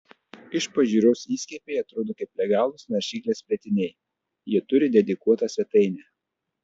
iš pažiūros įskiepiai atrodo kaip legalūs naršyklės plėtiniai jie turi dedikuotą svetainę